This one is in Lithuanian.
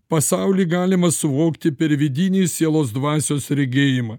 pasaulį galima suvokti per vidinį sielos dvasios regėjimą